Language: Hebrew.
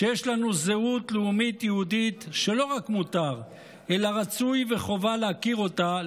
שיש לנו זהות לאומית יהודית שלא רק מותר אלא רצוי וחובה להכיר אותה,